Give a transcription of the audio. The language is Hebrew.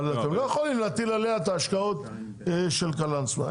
אבל אתם לא יכולים להטיל עליה את ההשקעות של קלאנסווה,